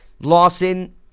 Lawson